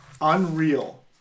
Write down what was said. unreal